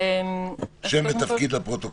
שם ותפקיד לפרוטוקול.